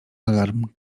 alarm